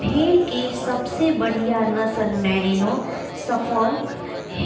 भेड़ के सबसे बढ़ियां नसल मैरिनो, सफोल्क,